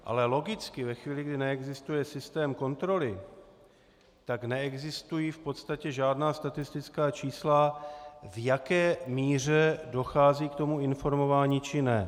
Ale logicky ve chvíli, kdy neexistuje systém kontroly, tak neexistují v podstatě žádná statistická čísla, v jaké míře dochází k informování či ne.